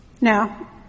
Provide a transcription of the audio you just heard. Now